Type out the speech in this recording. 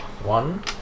one